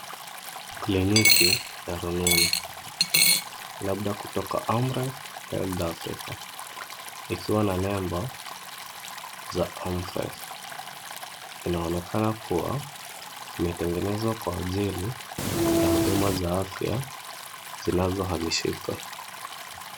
Kliniki ya rununu labda kutoka "Amref Health Africa", ikiwa na nembo za "Amref", inaonekana kuwa imetengenezwa kwa ajili ya huduma za afya zinazohamishika.